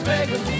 Vegas